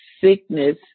sickness